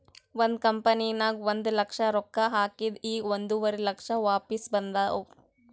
ಒಂದ್ ಕಂಪನಿನಾಗ್ ಒಂದ್ ಲಕ್ಷ ರೊಕ್ಕಾ ಹಾಕಿದ್ ಈಗ್ ಒಂದುವರಿ ಲಕ್ಷ ವಾಪಿಸ್ ಬಂದಾವ್